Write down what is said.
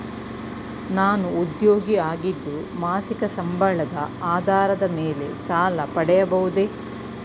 ನಾನು ಉದ್ಯೋಗಿ ಆಗಿದ್ದು ಮಾಸಿಕ ಸಂಬಳದ ಆಧಾರದ ಮೇಲೆ ಸಾಲ ಪಡೆಯಬಹುದೇ?